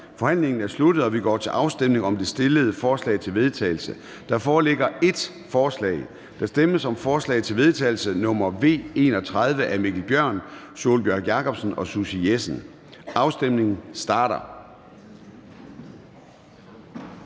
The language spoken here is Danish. Forhandlingen er sluttet, og vi går til afstemning om det fremsatte forslag til vedtagelse. Der foreligger ét forslag til vedtagelse. Der stemmes om forslag til vedtagelse nr. V 31 af Mikkel Bjørn (DF), Sólbjørg Jakobsen (LA) og Susie Jessen (DD). Afstemningen starter.